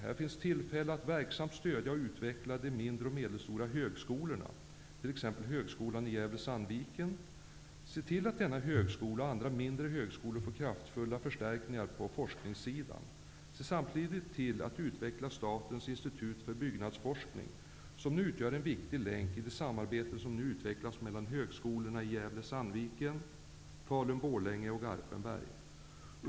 Här finns tillfälle att verksamt stödja och utveckla de mindre och medelstora högskolorna, t.ex. högskolan i Gävle Sandviken, Falun/Borlänge och Garpenberg.